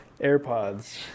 AirPods